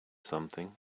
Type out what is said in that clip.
something